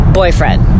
boyfriend